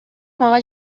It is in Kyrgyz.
мага